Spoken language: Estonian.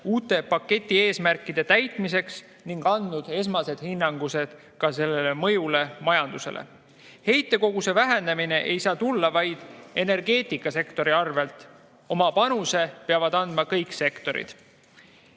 uute paketi eesmärkide täitmiseks, ning andnud esmased hinnangud ka selle mõjule majandusele. Heitkoguse vähenemine ei saa tulla vaid energeetikasektori arvelt. Oma panuse peavad andma kõik sektorid.